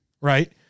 Right